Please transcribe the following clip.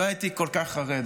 לא הייתי כל כך חרד.